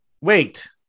wait